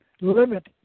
limit